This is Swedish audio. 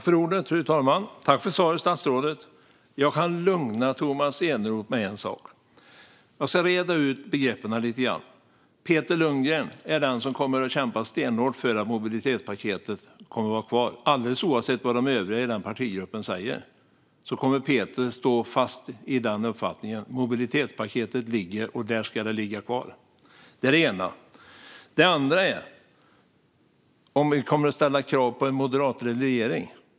Fru talman! Jag tackar för svaret, statsrådet. Jag kan lugna Tomas Eneroth med en sak. Låt mig reda ut begreppen. Peter Lundgren är den som kommer att kämpa stenhårt för att mobilitetspaketet ska vara kvar, alldeles oavsett vad övriga i partigruppen säger. Peter kommer att stå fast i den uppfattningen, nämligen att mobilitetspaketet ska ligga kvar. Kommer vi att ställa krav på en moderatledd regering?